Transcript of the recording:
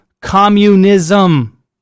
communism